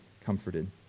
comforted